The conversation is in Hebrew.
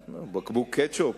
בקבוק קטשופ?